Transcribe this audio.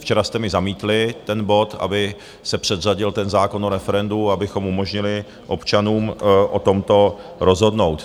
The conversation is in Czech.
Včera jste mi zamítli ten bod, aby se předřadil zákon o referendu, abychom umožnili občanům o tomto rozhodnout.